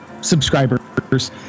subscribers